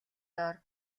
доор